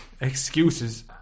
excuses